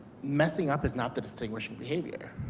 messing up is not the distinguishing behavior.